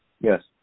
Yes